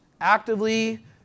actively